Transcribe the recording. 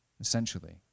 essentially